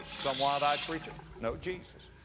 some wild-eyed preacher? no, jesus.